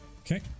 Okay